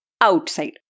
outside